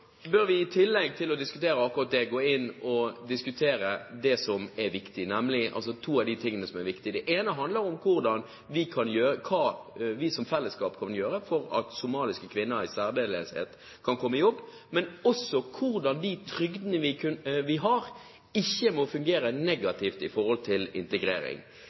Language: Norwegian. bør vi gå inn og diskutere to av de tingene som er viktig. Det ene handler om hva vi som fellesskap kan gjøre for at somaliske kvinner i særdeleshet kan komme i jobb, men også hvordan de trygdene vi har, ikke må fungere negativt når det gjelder integrering.